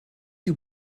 you